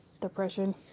depression